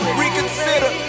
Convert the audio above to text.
reconsider